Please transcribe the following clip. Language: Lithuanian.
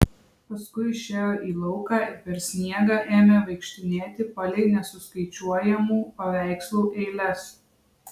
paskui išėjo į lauką ir per sniegą ėmė vaikštinėti palei nesuskaičiuojamų paveikslų eiles